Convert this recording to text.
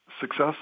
success